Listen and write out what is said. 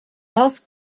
asked